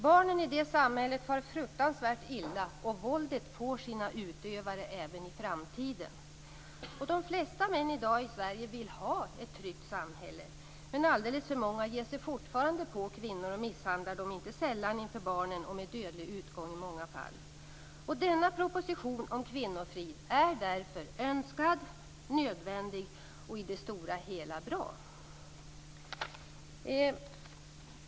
Barnen i det samhället far fruktansvärt illa, och våldet får sina utövare även i framtiden. De flesta män i dag i Sverige vill ha ett tryggt samhälle. Men alldeles för många ger sig fortfarande på kvinnor och misshandlar dem, inte sällan inför barnen och i många fall med dödlig utgång. Denna proposition om kvinnofrid är därför önskad, nödvändig och i det stora hela bra.